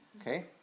Okay